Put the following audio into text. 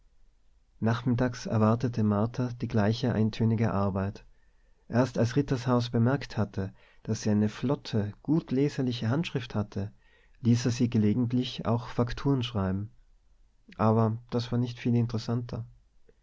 nachmittags erwartete martha die gleiche eintönige arbeit erst als rittershaus bemerkt hatte daß sie eine flotte gutleserliche handschrift hatte ließ er sie gelegentlich auch fakturen schreiben aber das war nicht viel interessanter